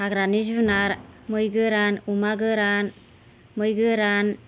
हाग्रानि जुनार मै गोरान अमा गोरान मै गोरान